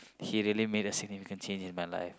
he really made a significant change in my life